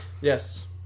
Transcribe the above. Yes